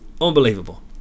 Unbelievable